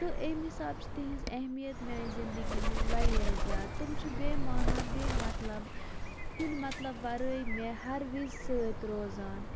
تہٕ اَمہِ حِساب چھِ تِہِنٛز اہمِیَت میانہِ زِندگی منٛز واریاہ زِیادٕ تِم چھِ بے معنہ بے مَطلب کُنہِ مَطلب وَرٲے مےٚ ہَر وِز سۭتۍ روزان